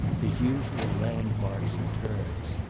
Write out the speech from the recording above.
his usual landmarks and terms.